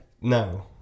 no